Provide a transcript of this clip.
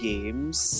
Games